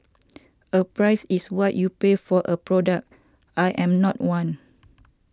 a price is what you pay for a product I am not one